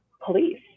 police